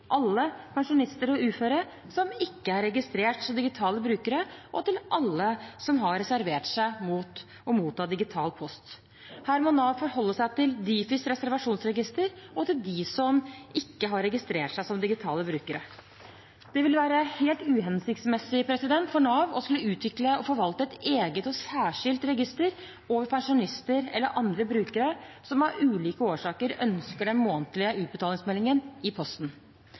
alle pensjonister og uføre som ikke er registrert som digitale brukere, og til alle som har reservert seg mot å motta digital post. Her må Nav forholde seg til Difis reservasjonsregister og til dem som ikke har registrert seg som digitale brukere. Det vil være helt uhensiktsmessig for Nav å skulle utvikle og forvalte et eget og særskilt register over pensjonister eller andre brukere som av ulike årsaker ønsker den månedlige utbetalingsmeldingen i posten.